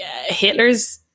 Hitler's